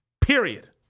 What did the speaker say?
period